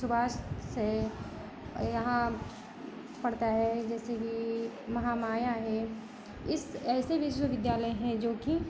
सुभाष है औ यहाँ पड़ता है जैसे कि महामाया हे इस ऐसे विश्वविद्यालय हैं जो कि